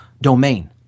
domain